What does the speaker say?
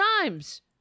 times